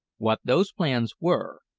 what those plans were,